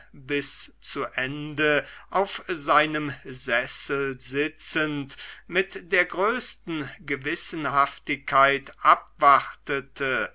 bis zu ende auf seinem sessel sitzend mit der größten gewissenhaftigkeit abwartete